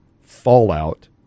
fallout